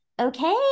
okay